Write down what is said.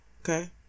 Okay